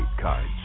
cards